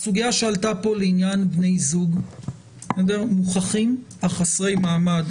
לגבי הסוגיה שעלתה כאן לעניין בני זוג חסרי המעמד.